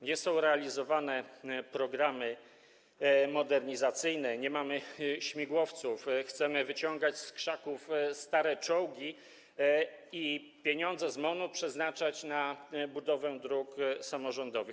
Nie są realizowane programy modernizacyjne, nie mamy śmigłowców, chcemy wyciągać z krzaków stare czołgi, a pieniądze z MON-u przeznaczać na budowę dróg samorządowych.